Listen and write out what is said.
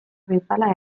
bezala